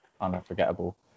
Unforgettable